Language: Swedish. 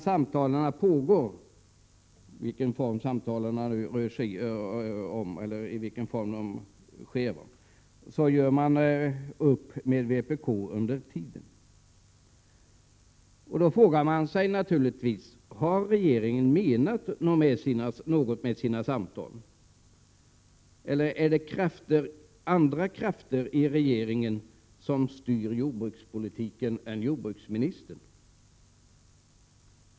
För under tiden samtalen har pågått, i vilken form de nu skett, har regeringen gjort upp med vpk. Då frågar man sig naturligtvis om regeringen har menat något med sina samtal, eller om det är andra krafter i regeringen än jordbruksministern som styr jordbrukspolitiken.